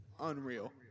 unreal